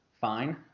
fine